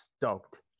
stoked